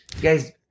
Guys